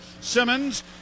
Simmons